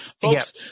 folks